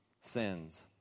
sins